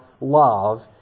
love